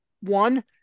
One